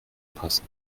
passen